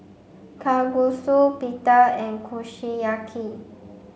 Kalguksu Pita and Kushiyaki